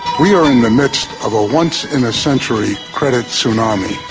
we are in the midst of a once-in-a-century credit tsunami.